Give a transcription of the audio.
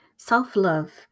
Self-love